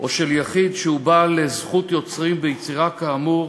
או של יחיד שהוא בעל זכות יוצרים ביצירה כאמור